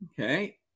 Okay